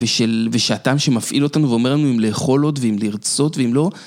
ושאתה שמפעיל אותנו ואומר לנו אם לאכול עוד ואם לרצות ואם לא.